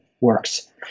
works